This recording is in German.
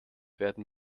werden